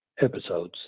episodes